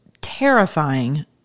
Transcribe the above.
terrifying